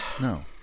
No